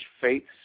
faith